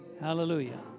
Hallelujah